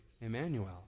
Emmanuel